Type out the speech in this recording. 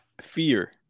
Fear